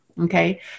okay